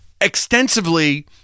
extensively